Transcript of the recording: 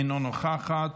אינה נוכחת,